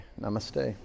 namaste